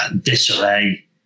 disarray